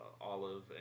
olive